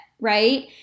right